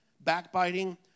backbiting